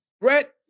Brett